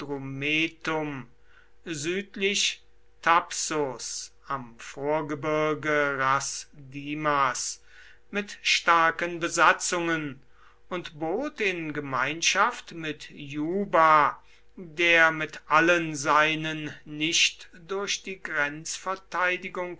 thapsus am vorgebirge rs dims mit starken besatzungen und bot in gemeinschaft mit juba der mit all seinen nicht durch die